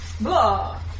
Blah